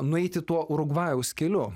nueiti tuo urugvajaus keliu